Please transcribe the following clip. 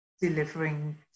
delivering